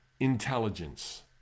intelligence